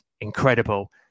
incredible